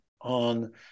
on